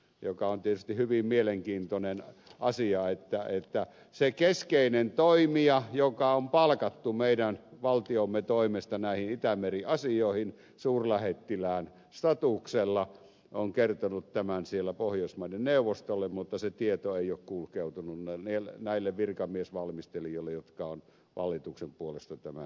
on tietysti hyvin mielenkiintoinen asia että se keskeinen toimija joka on palkattu meidän valtiomme toimesta näihin itämeri asioihin suurlähettilään statuksella on kertonut tämän siellä pohjoismaiden neuvostolle mutta se tieto ei ole kulkeutunut näille virkamiesvalmistelijoille jotka ovat hallituksen puolesta tämän selonteon tehneet